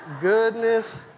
Goodness